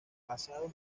basados